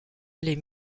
les